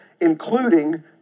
including